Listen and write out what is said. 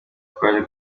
twaje